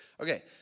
Okay